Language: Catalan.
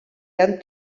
han